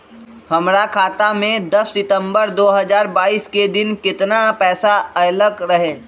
हमरा खाता में दस सितंबर दो हजार बाईस के दिन केतना पैसा अयलक रहे?